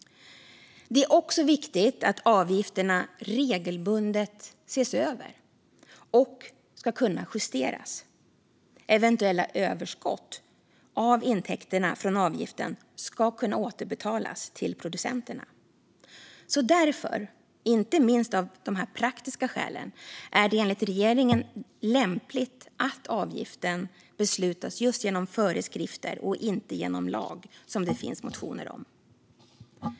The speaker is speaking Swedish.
Det är viktigt att avgifterna regelbundet ses över och kan justeras. Eventuella överskott av intäkterna från avgiften ska kunna återbetalas till producenterna. Inte minst av praktiska skäl är det enligt regeringen därför lämpligt att avgiften beslutas genom föreskrifter och inte genom lag, som det finns motioner om.